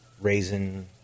raisin